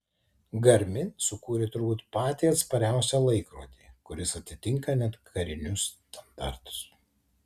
garmin sukūrė turbūt patį atspariausią laikrodį kuris atitinka net karinius standartus